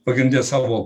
pagrinde savo